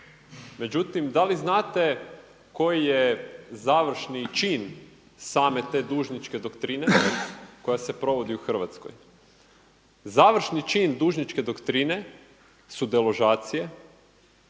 međutim da li znate koji je završni čin same te dužničke doktrine koja se provodi u Hrvatskoj. Završni cilj dužničke doktrine su deložacije,